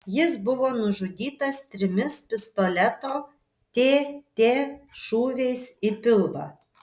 jis buvo nužudytas trimis pistoleto tt šūviais į pilvą